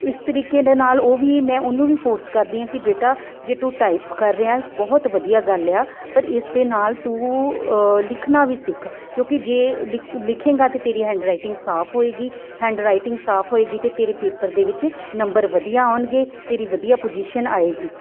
ਇਸ ਤਰੀਕੇ ਦੇ ਨਾਲ ਉਹ ਵੀ ਮੈਂ ਉਹਨੂੰ ਵੀ ਫੋਰਸ ਕਰਦੀ ਹਾਂ ਕੀ ਬੇਟਾ ਜੇ ਤੂੰ ਟਾਈਪ ਕਰ ਰਿਹਾਂ ਬਹੁਤ ਵਧੀਆ ਗੱਲ ਆ ਪਰ ਇਸ ਦੇ ਨਾਲ ਤੂੰ ਲਿਖਣਾ ਵੀ ਸਿੱਖ ਕਿਉਂਕਿ ਜੇ ਲਿ ਲਿਖੇਂਗਾ ਤਾਂ ਤੇਰੀ ਹੈਂਡਰਾਈਟਿੰਗ ਸਾਫ ਹੋਏਗੀ ਹੈਂਡਰਾਈਟਿੰਗ ਸਾਫ ਹੋਏਗੀ ਤਾਂ ਤੇਰੇ ਪੇਪਰ ਦੇ ਵਿੱਚ ਨੰਬਰ ਵਧੀਆ ਆਉਣਗੇ ਤੇਰੀ ਵਧੀਆ ਪੁਜੀਸ਼ਨ ਆਏਗੀ